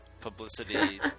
Publicity